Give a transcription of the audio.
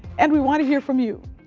and we wanna hear from you.